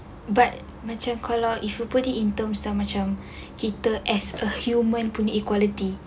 but macam kalau if you put it in term macam macam kita as a human punya equality